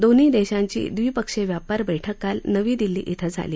दोन्ही देशांची द्विपक्षीय व्यापार बैठक काल नवी दिल्ली ध्वें झाली